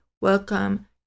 welcome